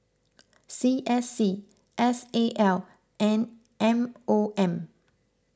C S C S A L and M O M